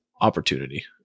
opportunity